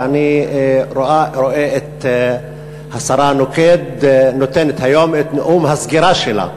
ואני רואה את השרה נוקד נותנת היום את נאום הסגירה שלה.